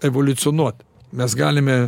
evoliucionuot mes galime